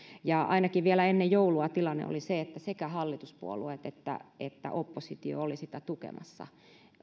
ainakin vielä ennen joulua tilanne oli se että sekä hallituspuolueet että että oppositio olivat sitä tukemassa